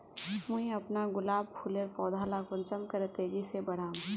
मुई अपना गुलाब फूलेर पौधा ला कुंसम करे तेजी से बढ़ाम?